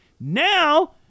Now